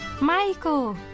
Michael